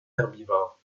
herbivores